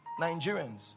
Nigerians